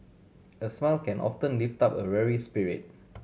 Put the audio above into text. a smile can often lift up a weary spirit